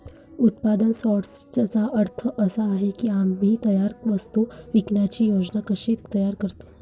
उत्पादन सॉर्टर्सचा अर्थ असा आहे की आम्ही तयार वस्तू विकण्याची योजना कशी तयार करतो